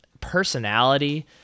personality